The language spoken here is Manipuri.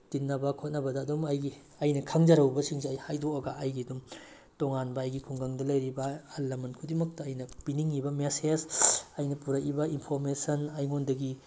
ꯇꯤꯟꯅꯕ ꯈꯣꯠꯅꯕꯗ ꯑꯗꯨꯝ ꯑꯩꯒꯤ ꯑꯩꯅ ꯈꯪꯖꯔꯨꯕꯁꯤꯡꯁꯦ ꯑꯩ ꯍꯥꯏꯗꯣꯛꯑꯒ ꯑꯩꯒꯤ ꯑꯗꯨꯝ ꯇꯣꯡꯉꯥꯟꯕ ꯑꯩꯒꯤ ꯈꯨꯡꯒꯪꯗ ꯂꯩꯔꯤꯕ ꯑꯍꯜ ꯂꯃꯟ ꯈꯨꯗꯤꯡꯃꯛꯇ ꯑꯩꯅ ꯄꯤꯅꯤꯡꯏꯕ ꯃꯦꯁꯦꯖ ꯑꯩꯅ ꯄꯨꯔꯛꯏꯕ ꯏꯟꯐꯣꯔꯃꯦꯁꯟ ꯑꯩꯉꯣꯟꯗꯒꯤ